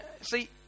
See